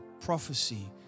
prophecy